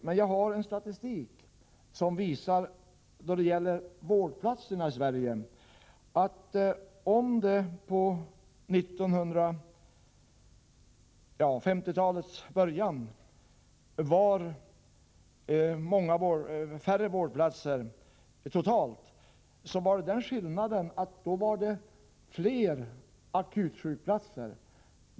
Men jag har i en statistik över antalet vårdplatser i Sverige funnit att antalet sådana vid 1950-talets början totalt sett var mindre men att det då fanns fler akutsjukvårdsplatser.